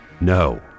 No